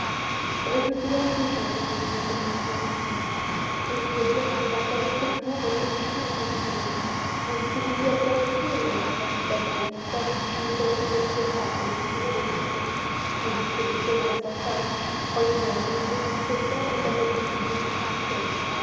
avec le plus grand plaisir répondit m knightley en riant et je dois dire que je partage absolument votre opinion à ce sujet invitez m elton à dîner emma ajouta-t-il servez lui le poisson le plus rare et le poulet le plus fin mais laissez-le choisir sa femme croyez-moi un homme de vingt-sept ans est capable de se diriger tout seul